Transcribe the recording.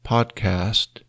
Podcast